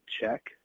check